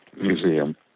Museum